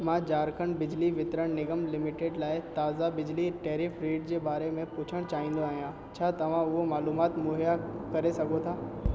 मां झारखंड बिजली वितरण निगम लिमिटेड लाइ ताज़ा बिजली टैरिफ रेट जे बारे में पुछणु चाहींदो आहियां छा तव्हां उहो मालूमाति मुहैया करे सघो था